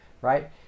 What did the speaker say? right